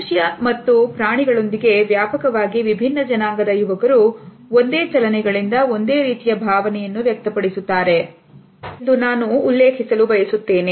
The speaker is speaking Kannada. ಮನುಷ್ಯ ಮತ್ತು ಪ್ರಾಣಿಗಳೊಂದಿಗೆ ವ್ಯಾಪಕವಾಗಿ ವಿಭಿನ್ನ ಜನಾಂಗದ ಯುವಕರು ಒಂದೇ ಚಲನೆಗಳಿಂದ ಒಂದೇ ರೀತಿಯ ಭಾವನೆಯನ್ನು ವ್ಯಕ್ತಪಡಿಸುತ್ತಾರೆ ಎಂದು ನಾನು ಉಲ್ಲೇಖಿಸಲು ಬಯಸುತ್ತೇನೆ